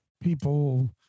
People